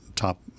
Top